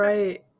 Right